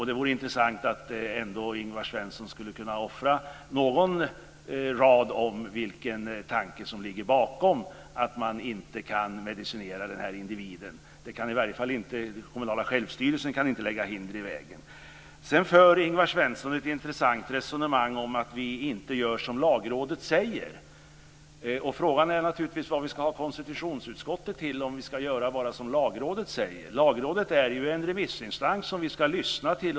Det vore intressant att höra - om nu Ingvar Svensson kan offra några ord på det - vilken tanke som ligger bakom detta med att man inte kan medicinera den här individen. Den kommunala självstyrelsen kan i alla fall inte lägga hinder i vägen. Ingvar Svensson för ett intressant resonemang om att vi inte gör som Lagrådet säger. Frågan är naturligtvis vad vi ska ha konstitutionsutskottet till om vi bara ska göra som Lagrådet säger. Lagrådet är en remissinstans som vi ska lyssna till.